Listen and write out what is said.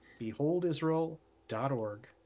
Beholdisrael.org